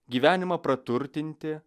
gyvenimą praturtinti